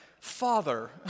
Father